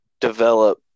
develop